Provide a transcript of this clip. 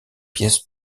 pièces